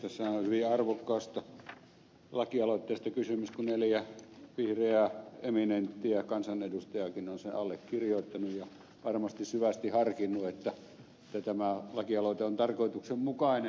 tässähän on hyvin arvokkaasta lakialoitteesta kysymys kun neljä vihreää eminenttiä kansanedustajaakin on sen allekirjoittanut ja varmasti syvästi harkinnut että tämä lakialoite on tarkoituksenmukainen